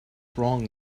wrong